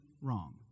wrong